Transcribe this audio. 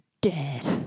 dead